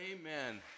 Amen